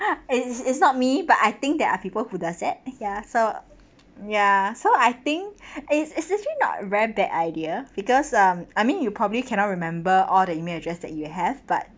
it's it's it's not me but I think there are people who does thatt ya so ya so I think it's it's actually not very bad idea because um I mean you probably cannot remember all the email address that you have but